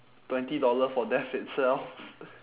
twenty dollar for death itself